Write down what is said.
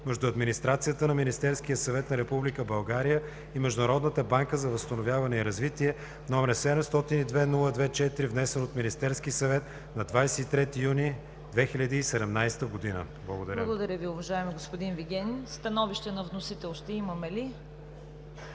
между администрацията на Министерския съвет на Република България и Международната банка за възстановяване и развитие, № 702-02-4, внесен от Министерския съвет на 23 юни 2017 г.“ Благодаря. ПРЕДСЕДАТЕЛ ЦВЕТА КАРАЯНЧЕВА: Благодаря Ви, уважаеми господин Вигенин. Становище на вносител ще имаме ли?